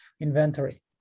inventory